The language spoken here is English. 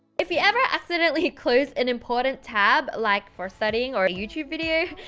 if you ever accidentally closed an important tab like for studying, or a youtube video,